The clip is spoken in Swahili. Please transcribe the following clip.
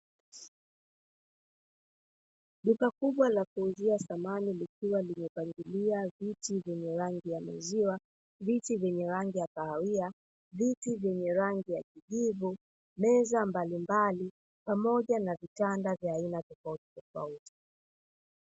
Duka kubwa la kuuzia samani likiwa limepangiliwa viti vyenye rangi ya maziwa, viti vyenye rangi ya kahawia, viti vyenye rangi ya kijivu, meza mbalimbali pamoja na vitanda vya aina tofautitofauti.